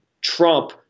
Trump